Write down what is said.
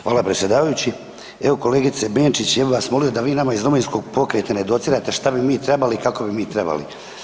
Hvala predsjedavajući, evo kolegice Benčić, ja bi vas molio da vi nama iz Domovinskog pokreta ne docirate što bi mi trebali i kako bi mi trebali.